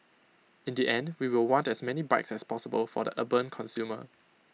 in the end we will want as many bikes as possible for the urban consumer